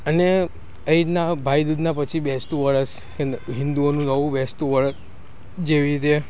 અને એવી રીતના ભાઈબીજના પછી બેસતું વર્ષ હિન્દુઓનું નવું બેસતું વર્ષ જેવી રીતે